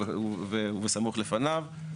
ובסמוך לפניו,